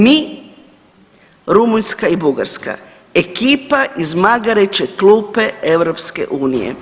Mi, Rumunjska i Bugarska ekipa iz magareće klupe EU.